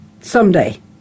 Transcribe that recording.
someday